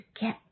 get